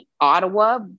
Ottawa